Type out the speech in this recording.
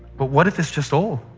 but what if it's just old?